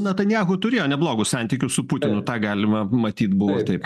natanjahu turėjo neblogus santykius su putinu tą galima matyt buvo taip